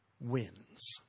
wins